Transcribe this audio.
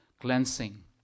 cleansing